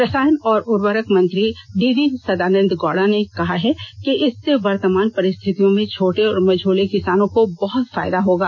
रसायन और उर्वरक मंत्री डीवी सदानंद गौड़ा ने कहा कि इससे वर्तमान परिस्थितियों में छोटे और मझोले किसानों को बहुत फायदा होगा